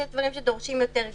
יש דברים שדורשים יותר גמישות.